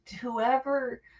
whoever